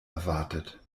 erwartet